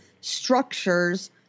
structures